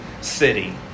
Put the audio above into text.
city